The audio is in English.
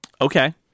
okay